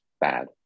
bad